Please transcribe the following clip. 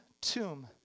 tomb